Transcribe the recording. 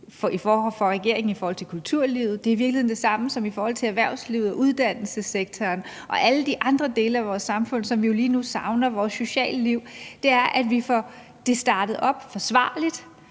i forhold til kulturlivet, er i virkeligheden det samme som i forhold til erhvervslivet og uddannelsessektoren og alle de andre dele af vores samfund, som vi jo lige nu savner, altså vores sociale liv, nemlig at vi får det startet op forsvarligt,